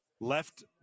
left